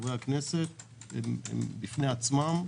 חברי הכנסת הם בפני עצמם.